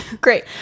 Great